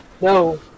No